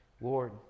Lord